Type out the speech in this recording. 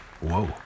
Whoa